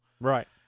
right